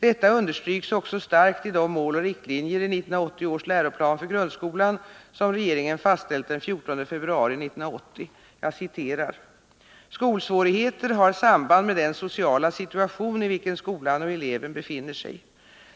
Detta understryks också starkt i de Mål och riktlinjer i 1980 års läroplan för grundskolan som regeringen fastställt den 14 februari 1980. Jag citerar: ”Skolsvårigheter har samband med den sociala situation, i vilken skolan och eleven befinner sig.